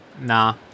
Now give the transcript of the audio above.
Nah